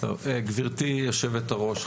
גבירתי יושבת הראש,